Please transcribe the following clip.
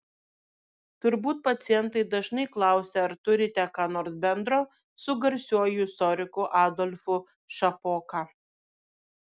turbūt pacientai dažnai klausia ar turite ką nors bendro su garsiuoju istoriku adolfu šapoka